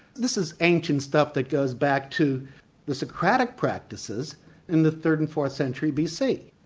this is ancient stuff that goes back to the socratic practices in the third and fourth century bc.